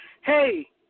hey